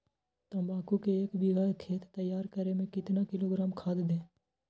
तम्बाकू के एक बीघा खेत तैयार करें मे कितना किलोग्राम खाद दे?